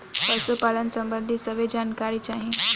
पशुपालन सबंधी सभे जानकारी चाही?